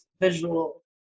visual